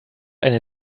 eine